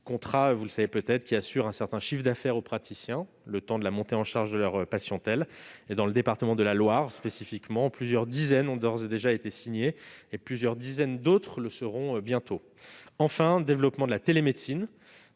Comme vous le savez peut-être, ces contrats assurent un certain chiffre d'affaires aux praticiens, le temps de la montée en charge de leur patientèle. Dans le département de la Loire, plusieurs dizaines d'entre eux ont déjà été signés et plusieurs dizaines d'autres le seront bientôt. Enfin, le développement de la télémédecine